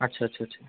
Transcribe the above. আচ্ছা আচ্ছা আচ্ছা